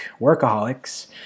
Workaholics